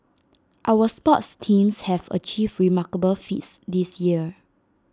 our sports teams have achieved remarkable feats this year